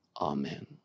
Amen